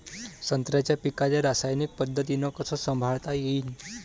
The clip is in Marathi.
संत्र्याच्या पीकाले रासायनिक पद्धतीनं कस संभाळता येईन?